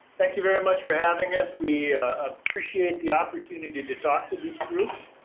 thank you very much for having us, we appreciate the opportunity to talk to this group.